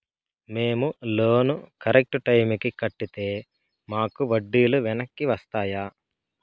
మేము loan correct టైముకి కట్టితే మాకు వడ్డీ లు వెనక్కి వస్తాయా?